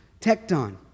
tecton